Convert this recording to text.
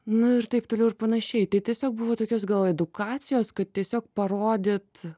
nu ir taip toliau ir panašiai tai tiesiog buvo tokios gal edukacijos kad tiesiog parodyt